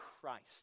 Christ